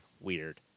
weird